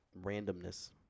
randomness